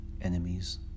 enemies